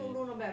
I